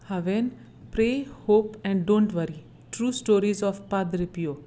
हांवें pray hope and don't worry true stories of Padre पियो